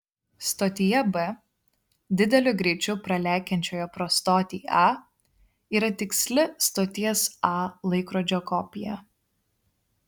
stotyje b dideliu greičiu pralekiančioje pro stotį a yra tiksli stoties a laikrodžio kopija